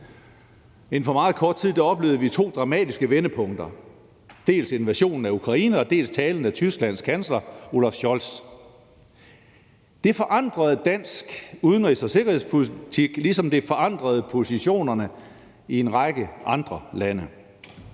Inden for meget kort tid oplevede vi to dramatiske vendepunkter, dels invasionen af Ukraine og dels talen af Tysklands kansler, Olaf Scholz. Det forandrede dansk udenrigs- og sikkerhedspolitik, ligesom det forandrede positionerne i en række andre lande.